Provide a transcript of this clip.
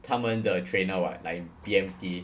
他们的 trainer [what] like in B_M_T